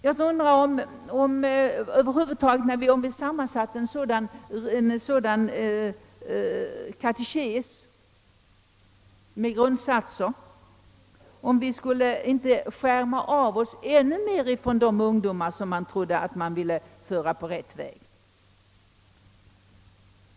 Jag undrar om vi inte genom att sammansätta en sådan katekes med grundsatser skulle skärma av oss ännu mer från de ungdomar som vi ville föra på rätt väg.